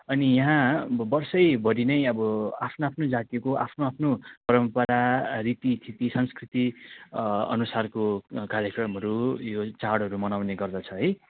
अनि यहाँ व वर्षैभरि नै अब आफ्नो आफ्नो जातिको आफ्नो आफ्नो परम्परा रीतिथिती संस्कृति अनुसारको कार्यक्रमहरू यो चाडहरू मनाउने गर्दछ है